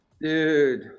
Dude